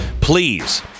Please